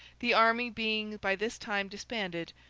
the army being by this time disbanded,